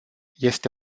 este